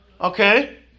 Okay